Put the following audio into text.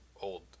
old